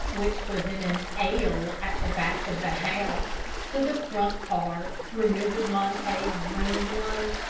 which was in an l at the back of the house, to the front part, where mrs. montague's room was,